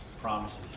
promises